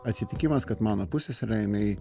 atsitikimas kad mano pusseserė jinai